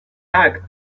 tak